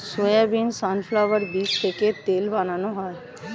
soybean, sunflower বীজ থেকে তেল বানানো হয়